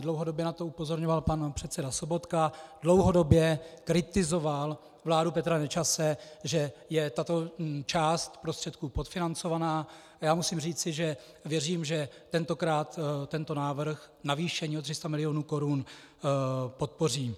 Dlouhodobě na to upozorňoval pan předseda Sobotka, dlouhodobě kritizoval vládu Petra Nečase, že je tato část prostředků podfinancována, a já musím říci, že věřím, že tentokrát tento návrh navýšení o 300 mil. korun podpoří.